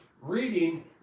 reading